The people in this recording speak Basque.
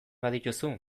badituzu